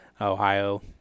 Ohio